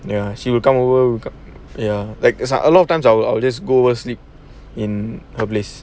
ya she will come over ya like it's like a lot of times I'll I'll just go over sleep in her place